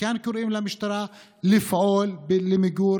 מכאן אנו קוראים למשטרה לפעול למיגור